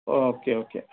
okay okay